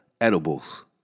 Edibles